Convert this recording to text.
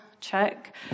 check